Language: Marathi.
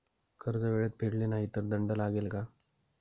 कर्ज वेळेत फेडले नाही तर दंड लागेल का?